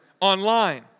online